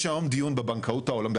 יש היום דיון בבנקאות העולמית,